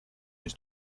his